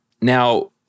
Now